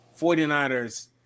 49ers